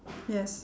yes